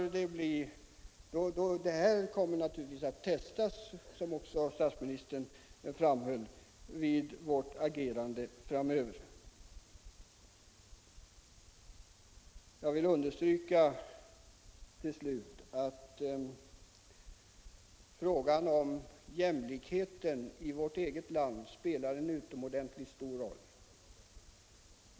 Det här kommer naturligtvis att testas, som också statsministern framhöll, vid agerandet framöver. Jag vill till slut understryka att jämlikheten i vårt eget land spelar en utomordentligt stor roll.